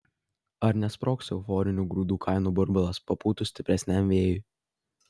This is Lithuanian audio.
ar nesprogs euforinių grūdų kainų burbulas papūtus stipresniam vėjui